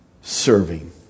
serving